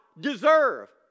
deserve